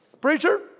Preacher